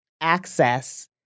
access